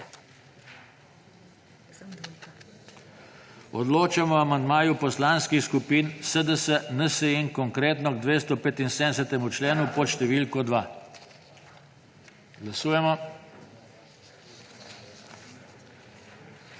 Odločamo o amandmaju poslanskih skupin SDS, NSi in Konkretno k 75. členu pod številko 2. Glasujemo.